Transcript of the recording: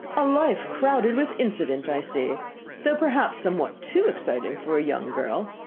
a life crowded with incident, i see though perhaps somewhat too exciting for a young girl.